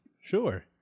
Sure